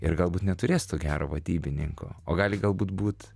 ir galbūt neturės gero vadybininko o gali galbūt būt